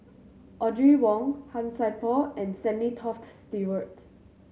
Audrey Wong Han Sai Por and Stanley Toft Stewart